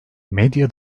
medya